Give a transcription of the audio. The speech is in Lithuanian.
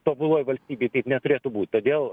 tobuloj valstybėj taip neturėtų būt todėl